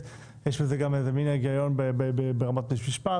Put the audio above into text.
יש בזה גם איזה מין היגיון ברמת בית משפט.